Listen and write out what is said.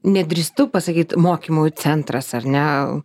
nedrįstu pasakyt mokymų centras ar ne